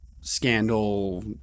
scandal